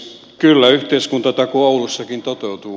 kyllä yhteiskuntatakuu oulussakin toteutuu